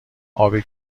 ابی